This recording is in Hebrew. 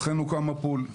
לכן הוקם הפול.